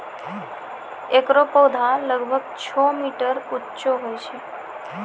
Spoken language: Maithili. एकरो पौधा लगभग छो मीटर उच्चो होय छै